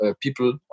people